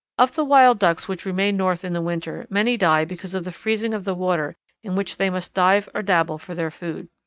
of the wild ducks which remain north in the winter many die because of the freezing of the water in which they must dive or dabble for their food.